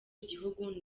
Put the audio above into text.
igihugu